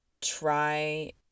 try